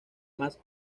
más